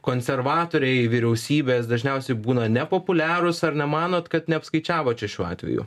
konservatoriai vyriausybės dažniausiai būna nepopuliarūs ar nemanot kad neapskaičiavo čia šiuo atveju